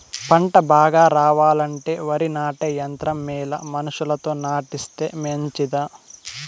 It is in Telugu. పంట బాగా రావాలంటే వరి నాటే యంత్రం మేలా మనుషులతో నాటిస్తే మంచిదా?